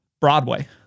Broadway